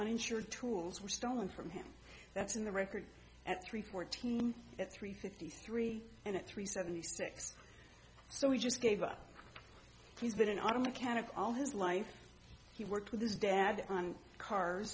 uninsured tools were stolen from him that's in the record at three fourteen at three fifty three and three seventy six so he just gave up he's been an auto mechanic all his life he worked with his dad on cars